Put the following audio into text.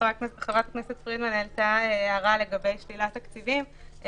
חברת הכנסת פרידמן אמרה הערה לגבי שלילת תקציבים.